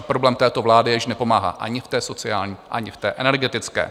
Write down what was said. A problém této vlády je, že nepomáhá ani v té sociální, ani v té energetické.